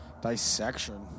Dissection